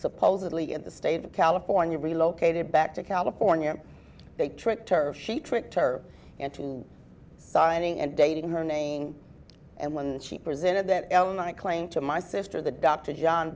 supposedly in the state of california relocated back to california they tricked herb she tricked her into signing and dating her name and when she presented that claim to my sister the dr john